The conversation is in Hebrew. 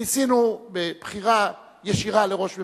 ניסינו בבחירה ישירה לראש ממשלה,